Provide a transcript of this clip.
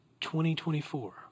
2024